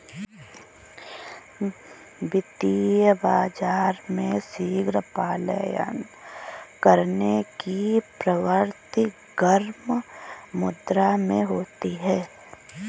वित्तीय बाजार में शीघ्र पलायन करने की प्रवृत्ति गर्म मुद्रा में होती है